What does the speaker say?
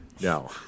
No